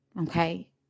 okay